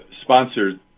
sponsored